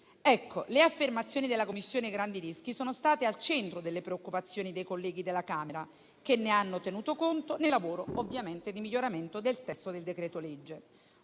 Le affermazioni della Commissione grandi rischi sono state al centro delle preoccupazioni dei colleghi della Camera, che ne hanno tenuto conto nel lavoro di miglioramento del testo del decreto-legge.